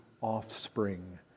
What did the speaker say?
offspring